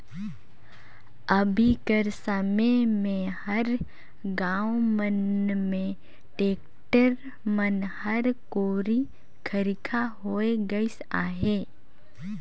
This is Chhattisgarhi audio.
अभी कर समे मे हर गाँव मन मे टेक्टर मन हर कोरी खरिखा होए गइस अहे